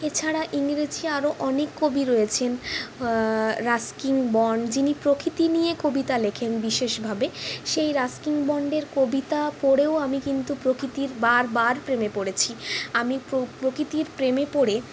এছাড়া ইংরেজি আরো অনেক কবি রয়েছেন রাস্কিন বন্ড যিনি প্রকৃতি নিয়ে কবিতা লেখেন বিশেষভাবে সেই রাস্কিন বন্ডের কবিতা পড়েও আমি কিন্তু প্রকৃতির বারবার প্রেমে পড়েছি আমি প্রকৃতির প্রেমে পড়ে